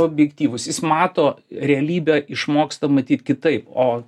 objektyvus jis mato realybę išmoksta matyt kitaip o